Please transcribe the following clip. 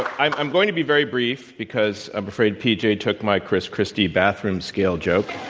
i'm i'm going to be very brief because i'm afraid pj took my chris christie bathroom scale joke.